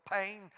pain